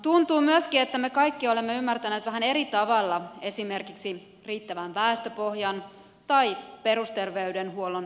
tuntuu myöskin että me kaikki olemme ymmärtäneet vähän eri tavalla esimerkiksi riittävän väestöpohjan tai perusterveydenhuollon vahvistamisen